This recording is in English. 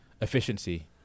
efficiency